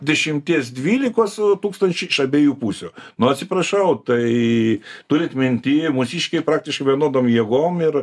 dešimties dvylikos tūkstančių iš abiejų pusių nu atsiprašau tai turint minty mūsiškiai praktiškai vienodom jėgom ir